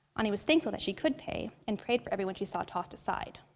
anie was thankful that she could pay and prayed for everyone she saw tossed aside.